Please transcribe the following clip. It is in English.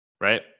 Right